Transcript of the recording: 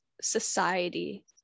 society